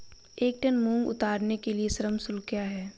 एक टन मूंग उतारने के लिए श्रम शुल्क क्या है?